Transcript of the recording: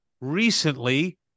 recently